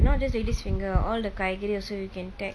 not just ladies' finger all the kailan also you can take